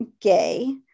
gay